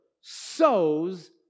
sows